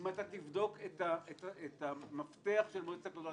אם תבדוק את המפתח של מועצת הקולנוע,